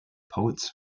poets